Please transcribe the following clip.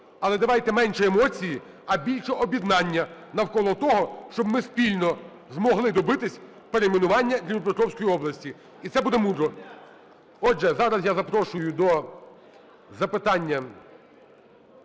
Але давайте менше емоцій, а більше об'єднання навколо того, щоб ми спільно змогли добитися перейменування Дніпропетровської області, і це буде мудро. Отже, зараз я запрошую до запитання